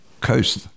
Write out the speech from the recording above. coast